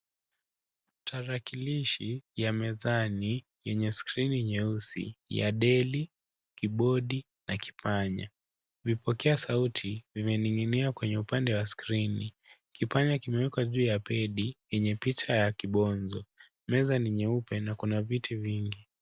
Tarakilishi ya mezani yenye skrini nyeusi ya Delli. Kibodi na kipanya. Vipokea sauti vimeninginia kwenye upande wa skrini. Kipanya kimewekwa juu ya pedi yenye picha ya kibonzo. Meza ni nyeupe na kuna viti vingi.